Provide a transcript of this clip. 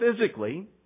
physically